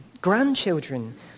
grandchildren